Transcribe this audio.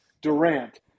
Durant